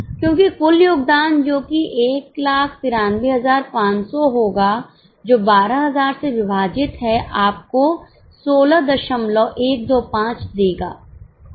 क्योंकि कुल योगदान जो कि 193500 होगा जो 12000 से विभाजित है आपको 16125 देगा